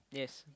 yes